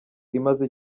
imaze